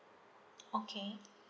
okay